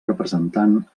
representant